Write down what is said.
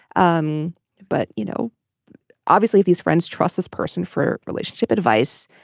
um but you know obviously these friends trust this person for relationship advice.